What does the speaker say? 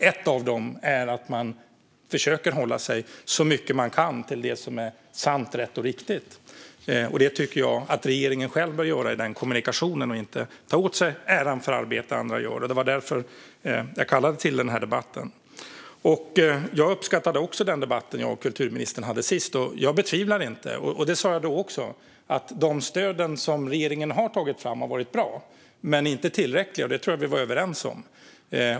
Ett av dem är att man ska försöka hålla sig så mycket man kan till det som är sant, rätt och riktigt, och det tycker jag att regeringen själv bör göra i kommunikationen och inte ta åt sig äran för arbete som andra gör. Det var därför jag ställde den här interpellationen. Jag uppskattade också den debatt som jag och kulturministern hade senast. Och jag betvivlar inte - det sa jag då också - att de stöd som regeringen har tagit fram har varit bra. Men de är inte tillräckliga, och det tror jag att vi var överens om.